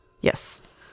Yes